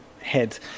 head